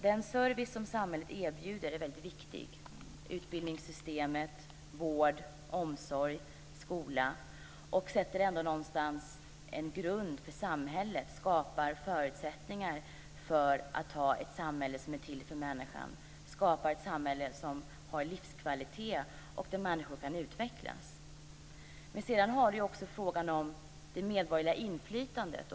Den service som samhället erbjuder är väldigt viktig - utbildningssystemet, vård, omsorg, skola - och sätter ändå någonstans en grund för samhället och skapar förutsättningar för att ha ett samhälle som är till för människan, skapar ett samhälle som har livskvalitet och där människor kan utvecklas. Sedan har vi också frågan om det medborgerliga inflytandet.